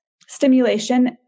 stimulation